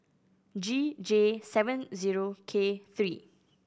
G J seven zero K three